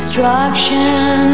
Destruction